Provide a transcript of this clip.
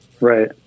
Right